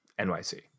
NYC